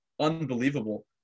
unbelievable